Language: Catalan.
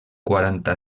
quaranta